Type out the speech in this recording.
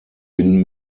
bin